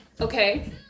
Okay